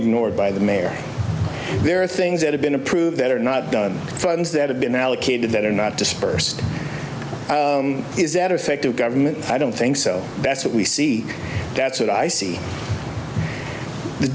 ignored by the mayor there are things that have been approved that are not done funds that have been allocated that are not dispersed is that effective government i don't think so that's what we see that's what i see the